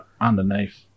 underneath